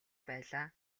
байлаа